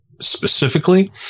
specifically